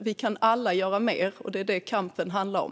Vi kan alla göra mer, och det är det kampen handlar om.